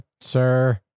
Sir